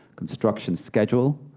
construction schedule,